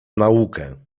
naukę